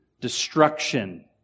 destruction